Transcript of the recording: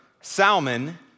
Salmon